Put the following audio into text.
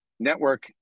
Network